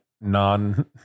non